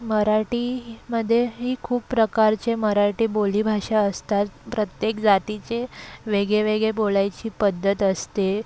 मराठीमध्येही खूप प्रकारचे मराठी बोली भाषा असतात प्रत्येक जातीचे वेगळे वेगळे बोलायची पद्धत असते